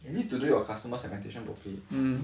you need to do your customer segmentation properly